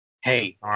Hey